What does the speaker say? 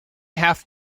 have